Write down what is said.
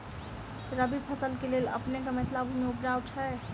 रबी फसल केँ लेल अपनेक मिथिला भूमि उपजाउ छै